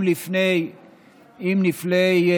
אם לפני,